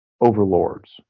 overlords